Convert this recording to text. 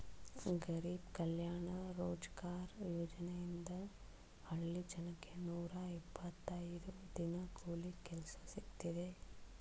ಗರಿಬ್ ಕಲ್ಯಾಣ ರೋಜ್ಗಾರ್ ಯೋಜನೆಯಿಂದ ಹಳ್ಳಿ ಜನಕ್ಕೆ ನೂರ ಇಪ್ಪತ್ತೈದು ದಿನ ಕೂಲಿ ಕೆಲ್ಸ ಸಿಕ್ತಿದೆ